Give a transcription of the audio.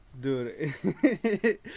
Dude